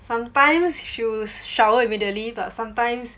sometimes she would shower immediately but sometimes